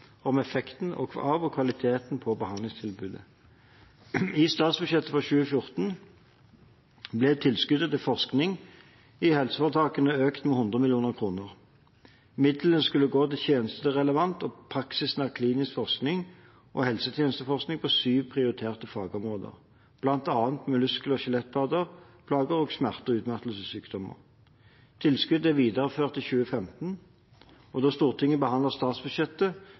og kvalitet på behandlingstilbudene. I statsbudsjettet for 2014 ble tilskuddet til forskning i helseforetakene økt med 100 mill. kr. Midlene skulle gå til tjenesterelevant og praksisnær klinisk forskning og helsetjenesteforskning på syv prioriterte fagområder, bl.a. muskel- og skjelettplager og smerte- og utmattelsessykdommer. Tilskuddet er videreført i 2015. Da Stortinget behandlet statsbudsjettet